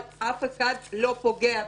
אבל אף אחד לא פוגע בי.